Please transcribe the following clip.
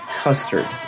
Custard